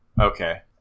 Okay